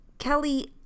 Kelly